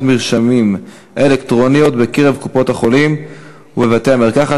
מרשמים אלקטרוניות בקופות-החולים ובבתי-המרקחת,